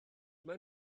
mae